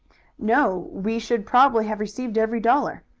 no. we should probably have received every dollar.